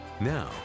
Now